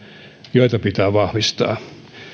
joita pitää vahvistaa